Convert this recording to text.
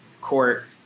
court